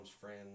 friends